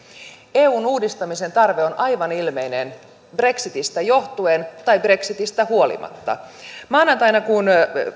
eun uudistamisen tarve on aivan ilmeinen brexitistä johtuen tai brexitistä huolimatta maanantaina kun